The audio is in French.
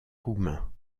roumain